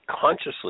consciously